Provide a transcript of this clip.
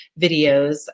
videos